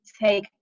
take